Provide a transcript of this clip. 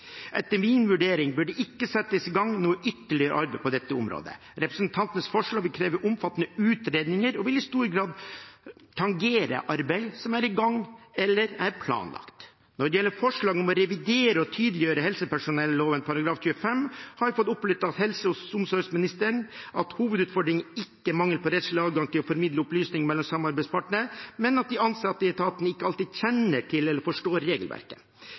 Etter min vurdering bør det ikke settes i gang noe ytterligere arbeid på dette området. Representantenes forslag vil kreve omfattende utredninger og i stor grad tangere arbeid som er i gang eller planlagt. Når det gjelder forslaget om å revidere og tydeliggjøre helsepersonelloven § 25, har jeg fått opplyst av helse- og omsorgsministeren at hovedutfordringen ikke er mangel på rettslig adgang til å formidle opplysninger mellom samarbeidspartnerne, men at de ansatte i etaten ikke alltid kjenner til eller forstår regelverket.